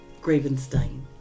Gravenstein